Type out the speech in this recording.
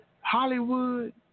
Hollywood